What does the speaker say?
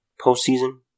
Postseason